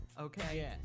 Okay